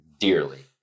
dearly